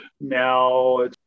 now